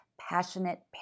passionate